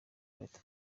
leta